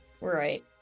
Right